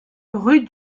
rue